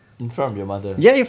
in front of your mother